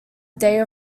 day